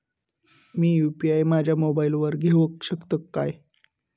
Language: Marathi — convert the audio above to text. मी यू.पी.आय माझ्या मोबाईलावर घेवक शकतय काय?